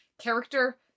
character